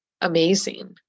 amazing